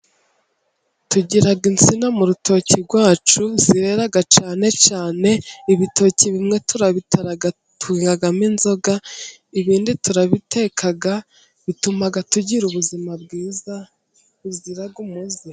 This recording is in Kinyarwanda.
Tugira insina mu rutoki rwacu zirera cyane cyane, ibitoki bimwe turabitara tugahamo inzoga ibindi turabiteka, bituma tugira ubuzima bwiza buzira umuze.